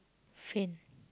faint